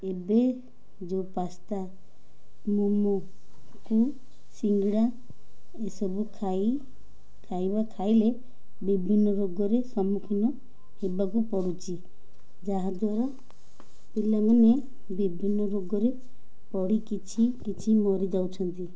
ଏବେ ଯେଉଁ ପାସ୍ତା ମୋମୋକୁ ସିଙ୍ଗଡ଼ା ଏସବୁ ଖାଇ ଖାଇବା ଖାଇଲେ ବିଭିନ୍ନ ରୋଗରେ ସମ୍ମୁଖୀନ ହେବାକୁ ପଡ଼ୁଛି ଯାହାଦ୍ୱାରା ପିଲାମାନେ ବିଭିନ୍ନ ରୋଗରେ ପଡ଼ି କିଛି କିଛି ମରିଯାଉଛନ୍ତି